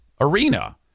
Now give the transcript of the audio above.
arena